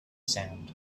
sound